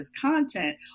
content